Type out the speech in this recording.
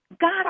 God